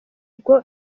ubwo